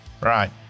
right